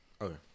okay